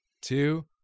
two